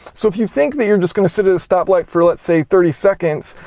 so, if you think that you're just going to sit at a stop light for, let's say, thirty seconds,